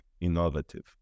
innovative